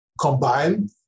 combined